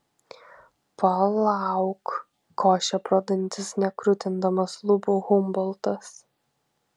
palauk košė pro dantis nekrutindamas lūpų humboltas